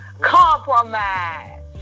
Compromise